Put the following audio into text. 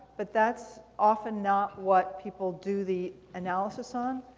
but that's often not what people do the analysis on.